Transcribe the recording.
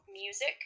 music